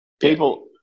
People